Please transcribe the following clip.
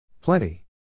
Plenty